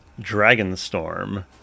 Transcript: Dragonstorm